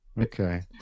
Okay